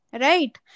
right